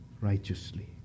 Righteously